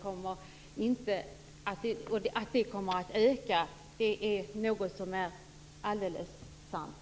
Och att den kommer att öka är något som är alldeles sant.